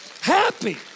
happy